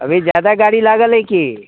अभी ज्यादा गाड़ी लागल अइ कि